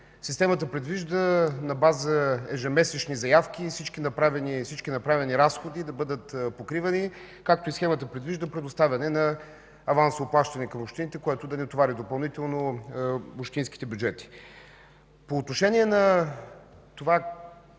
Системата предвижда на база ежемесечни заявки всички направени разходи да бъдат покривани, както схемата предвижда – предоставяне на авансово плащане към общините, което да не товари допълнително общинските бюджети. По отношение на това,